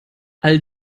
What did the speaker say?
all